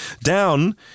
Down